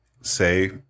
say